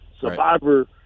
Survivor